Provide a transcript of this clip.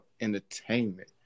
Entertainment